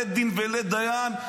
לית דין ולית דיין,